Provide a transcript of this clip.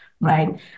Right